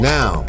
Now